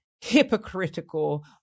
hypocritical